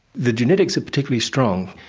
the genetics are particularly strong,